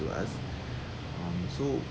us um so